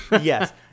yes